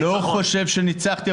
לא חושב שניצחתי,